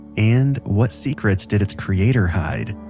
and what secrets did it's creator hide?